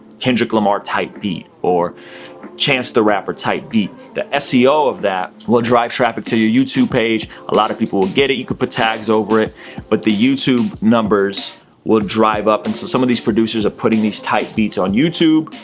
kendrick lamar type beat or chance the rapper type beat. the seo of that will drive traffic to your youtube page. a lot of people will get it, you could put tags over it but the youtube numbers will drive up. and so some of these producers are putting these type beats on youtube.